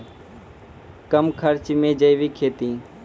कम खर्च मे जैविक खेती?